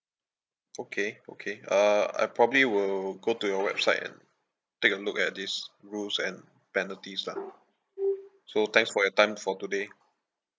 okay okay uh I probably will go to your website and take a look at these rules and penalties lah so thanks for your time for today